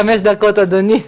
חמש דקות בבקשה אדוני.